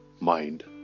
mind